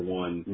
one